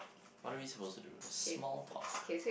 what are we supposed to do small talk